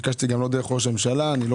ביקשתי גם לא דרך ראש הממשלה אני לא